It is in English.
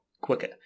quicker